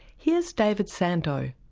here's david sandoe,